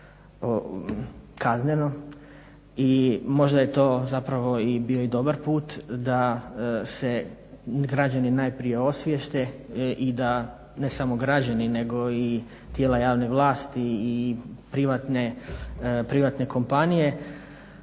I možda je to zapravo i bio dobar put da se građani najprije osvijeste, i da ne samo građani nego i tijela javne vlasti i privatne kompanije,